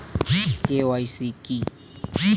KYC কী?